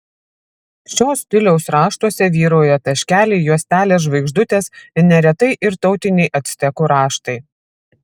šio stiliaus raštuose vyrauja taškeliai juostelės žvaigždutės neretai ir tautiniai actekų raštai